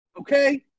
okay